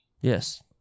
Yes